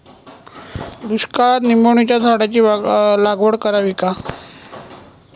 दुष्काळात निंबोणीच्या झाडाची लागवड करावी का?